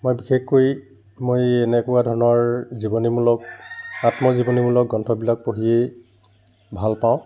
মই বিশেষকৈ মই এই এনেকুৱা ধৰণৰ জীৱনীমূলক আত্মজীৱনীমূলক গ্ৰন্থবিলাক পঢ়িয়ে ভাল পাওঁ